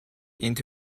into